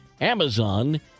Amazon